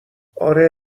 آره